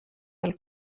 del